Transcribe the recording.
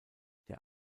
der